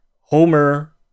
homer